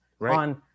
on